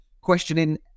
questioning